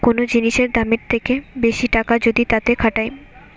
কোন জিনিসের দামের থেকে বেশি টাকা যদি তাতে খাটায়